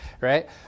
right